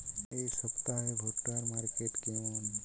এই সপ্তাহে ভুট্টার মার্কেট কেমন?